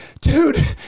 dude